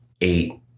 eight